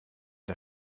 der